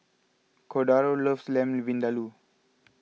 Cordaro loves Lamb Vindaloo